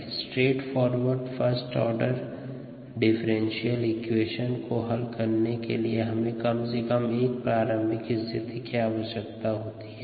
dxdtμx straightforward first order differential equation को हल करने के लिए कम से कम 1 प्रारंभिक स्थिति की आवश्यकता होती है